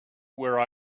where